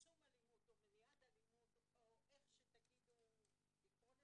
צמצום אלימות או מניעת אלימות או איך שתקראו לזה.